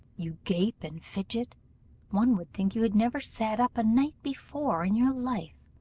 you gape and fidget one would think you had never sat up a night before in your life.